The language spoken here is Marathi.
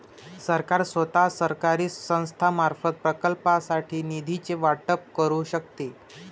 सरकार स्वतः, सरकारी संस्थांमार्फत, प्रकल्पांसाठी निधीचे वाटप करू शकते